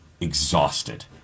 exhausted